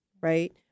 right